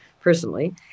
personally